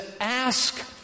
ask